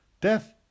Death